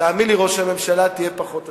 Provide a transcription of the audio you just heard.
תאמין לי, ראש הממשלה, תהיה פחות עצוב.